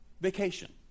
vacation